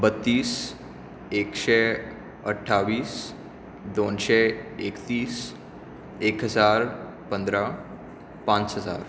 बत्तीस एकशे अठ्ठावीस दोनशे एकतीस एक हजार पंदरा पांच हजार